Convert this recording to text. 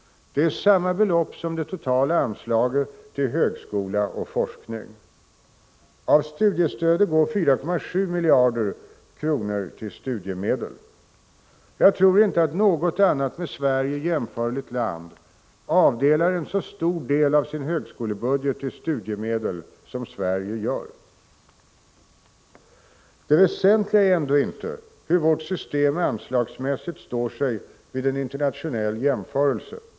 Det är samma belopp som det totala anslaget till högskola och forskning. Av studiestödet går 4,7 miljarder kronor till studiemedel. Jag tror inte att något annat med Sverige jämförligt land avdelar en så stor del av sin högskolebudget till studiemedel som Sverige gör. Det väsentliga är ändå inte hur vårt system anslagsmässigt står sig vid en internationell jämförelse.